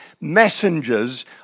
messengers